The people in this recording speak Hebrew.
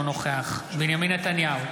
אינו נוכח בנימין נתניהו,